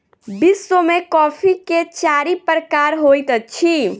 विश्व में कॉफ़ी के चारि प्रकार होइत अछि